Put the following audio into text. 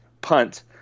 punt